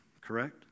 Correct